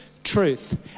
truth